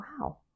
Wow